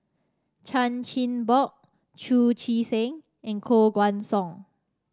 Chan Chin Bock Chu Chee Seng and Koh Guan Song